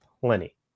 plenty